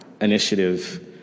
initiative